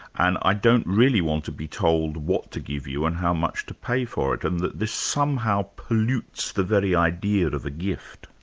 and i don't really want to be told what to give you and how much to pay for it, and that this somehow pollutes the very idea of a gift.